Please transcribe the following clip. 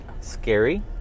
scary